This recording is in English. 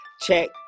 check